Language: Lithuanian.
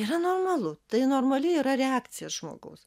yra normalu tai normali yra reakcija žmogaus